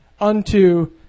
Unto